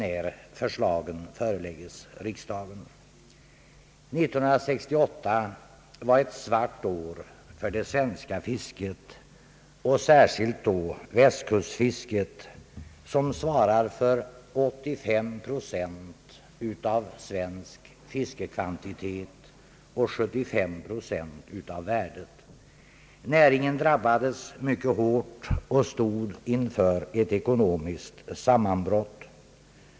År 1968 var ett svart år för det svenska fisket, särskilt västkustfisket, som svarar för 85 procent av svensk fiskekvantitet och ungefär 75 procent av värdet. Näringen drabbades mycket hårt och stod inför ett ekonomiskt sammanbrott.